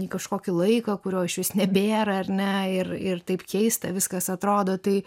į kažkokį laiką kurio išvis nebėra ar ne ir ir taip keista viskas atrodo tai